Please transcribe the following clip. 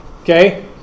Okay